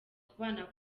kubana